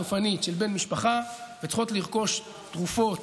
סופנית, של בן משפחה וצריכות לרכוש תרופות